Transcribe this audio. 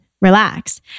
relax